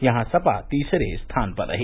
यहां सपा तीसरे स्थान पर रही